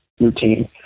routine